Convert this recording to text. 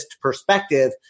perspective